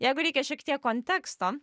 jeigu reikia šiek tiek konteksto